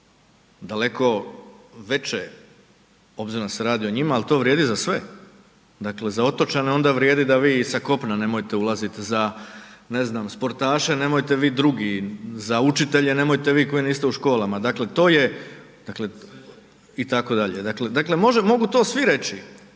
daleko veće obzirom da se radi o njima ali to vrijedi za sve, dakle za otočane onda vrijedi da vi sa kopna nemojte ulazit ne znam sportaše, nemojte vi drugi za učitelje, nemojte vi koji niste u školama, dakle itd. Dakle mogu to svi reći